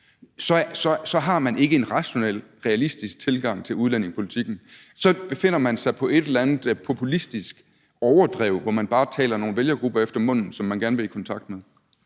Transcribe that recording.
så har man ikke en rationel, realistisk tilgang til udlændingepolitikken. Så befinder man sig på et eller andet populistisk overdrev, hvor man bare taler nogle vælgergrupper, som man gerne vil i kontakt med,